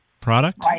product